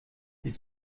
ils